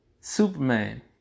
Superman